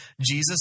Jesus